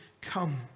come